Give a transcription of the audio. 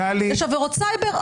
יש עבירות סייבר,